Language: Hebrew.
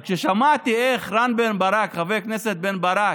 רק כששמעתי איך רם בן ברק, חבר הכנסת בן ברק,